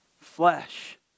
flesh